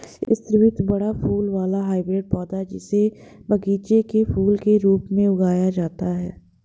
स्रीवत बड़ा फूल वाला हाइब्रिड पौधा, जिसे बगीचे के फूल के रूप में उगाया जाता है